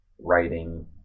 writing